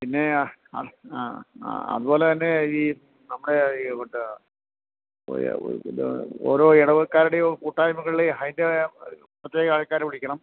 പിന്നെ ആ ആ ആ അതുപോലെതന്നെ ഈ നമ്മുടെ ഓരോ ഇടവകക്കാരുടെയും കൂട്ടായ്മകളില് അതിൻ്റെ പ്രത്യേക ആൾക്കാരെ വിളിക്കണം